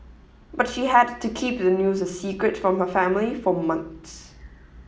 but she had to keep the news a secret from her family for months